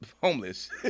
homeless